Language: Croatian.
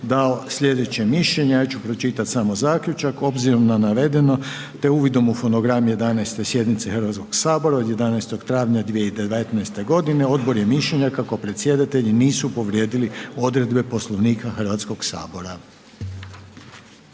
dao slijedeće mišljenje, ja ću pročitat samo zaključak. Obzirom na navedeno, te uvidom u fonogram 11. sjednice Hrvatskog sabora od 11. travnja 2019. godine, odbor je mišljenja kako predsjedatelji nisu povrijedili odredbe Poslovnika Hrvatskog sabora.